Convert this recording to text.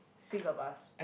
six of us